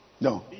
No